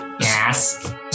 Yes